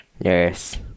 Yes